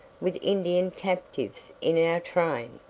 with indian captives in our train.